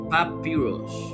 Papyrus